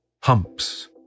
Humps